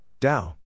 Dao